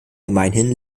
gemeinhin